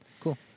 Cool